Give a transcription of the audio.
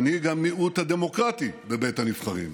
מנהיג המיעוט הדמוקרטי בבית הנבחרים,